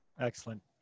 Excellent